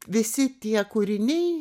visi tie kūriniai